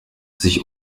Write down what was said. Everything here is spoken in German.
sich